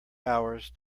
hours